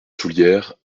soullieres